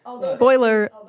Spoiler